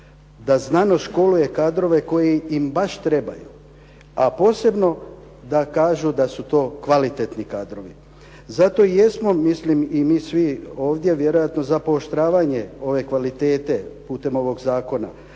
da znanost, škole i kadrove koji im baš trebaju, a posebno da kažu da su to kvalitetni kadrovi. Zato i jesmo mislim i mi svi ovdje vjerojatno za pooštravanje ove kvalitete putem ovog zakona,